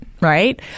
Right